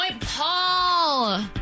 Paul